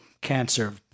cancer